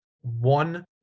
one